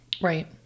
Right